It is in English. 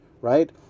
right